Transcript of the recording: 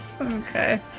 Okay